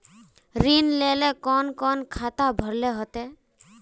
ऋण लेल कोन कोन खाता भरेले होते?